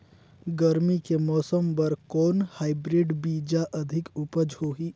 गरमी के मौसम बर कौन हाईब्रिड बीजा अधिक उपज होही?